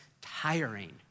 tiring